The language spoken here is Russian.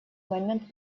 момент